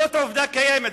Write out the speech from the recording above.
זאת עובדה קיימת,